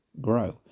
grow